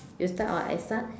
you start or I start